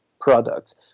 products